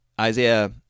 Isaiah